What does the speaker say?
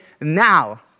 now